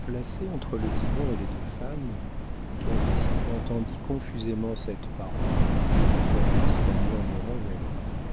placé entre le divan et les deux femmes calyste entendit confusément cette parole quoique dite en murmurant et à l'oreille